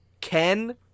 Ken